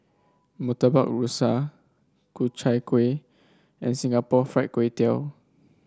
Murtabak Rusa Ku Chai Kueh and Singapore Fried Kway Tiao